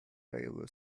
railway